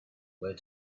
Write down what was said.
where